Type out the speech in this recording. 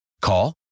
Call